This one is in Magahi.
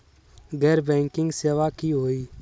गैर बैंकिंग सेवा की होई?